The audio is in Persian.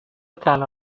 تنها